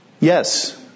Yes